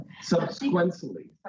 Subsequently